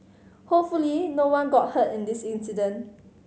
hopefully no one got hurt in this incident